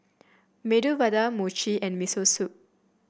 Medu Vada Mochi and Miso Soup